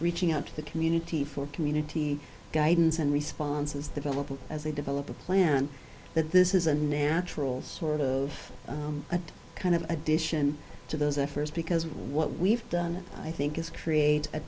reaching out to the community for community guidance and responses develop as they develop a plan that this is a natural sort of a kind of addition to those efforts because what we've done i think is create a